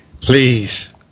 Please